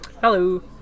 Hello